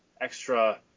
extra